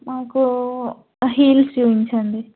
మాకు హీల్స్ చూపించండి